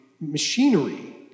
machinery